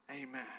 amen